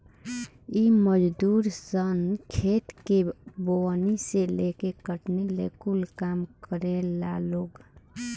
इ मजदूर सन खेत के बोअनी से लेके कटनी ले कूल काम करेला लोग